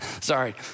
Sorry